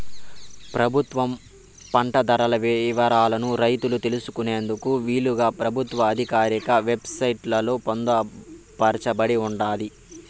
ప్రభుత్వం పంట ధరల వివరాలను రైతులు తెలుసుకునేందుకు వీలుగా ప్రభుత్వ ఆధికారిక వెబ్ సైట్ లలో పొందుపరచబడి ఉంటాది